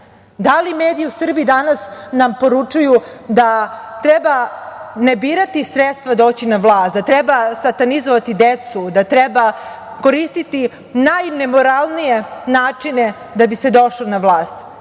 Da li mediji u Srbiji danas nam poručuju da treba ne birati sredstva doći na vlast, da treba satanizovati decu, da treba koristiti najnemoralnije načine da bi se došlo na vlast?